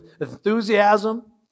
enthusiasm